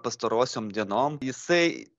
pastarosiom dienom jisai